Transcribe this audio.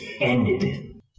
ended